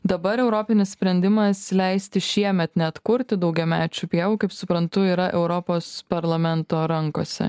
dabar europinis sprendimas leisti šiemet neatkurti daugiamečių pievų kaip suprantu yra europos parlamento rankose